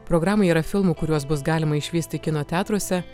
programoj yra filmų kuriuos bus galima išvysti kino teatruose